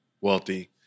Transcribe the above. wealthy